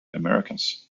americas